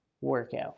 workout